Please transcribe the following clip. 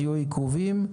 היו עיכובים,